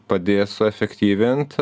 padės efektyvint